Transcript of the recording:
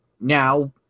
now